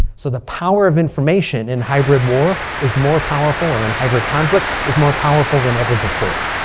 so the power of information in hybrid war is more powerful. or in hybrid conflict is more powerful than ever before.